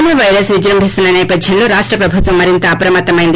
corona virus విజృంభిస్తు నేపథ్యంలో రాష్ట ప్రభుత్వం మరింత అప్రమత్తమైంది